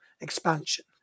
expansion